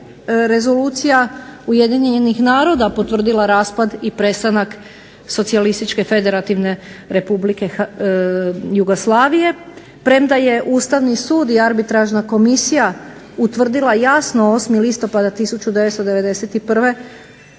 rezolucija Ujedinjenih naroda potvrdila raspad i prestanak socijalističke federativne Republike Jugoslavije, premda je Ustavni sud i arbitražna komisija utvrdila jasno 8. listopada 1991.